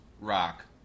Rock